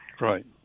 Right